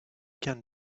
can